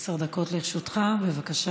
עשר דקות לרשותך, בבקשה.